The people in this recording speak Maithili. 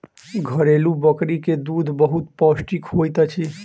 घरेलु बकरी के दूध बहुत पौष्टिक होइत अछि